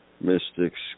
Mystics